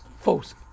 False